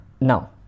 Now